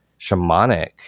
shamanic